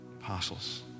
Apostles